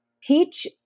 teach